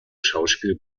schauspiel